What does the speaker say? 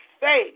say